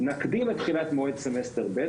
נקדים את תחילת מועד סמסטר ב',